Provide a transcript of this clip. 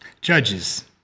Judges